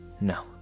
no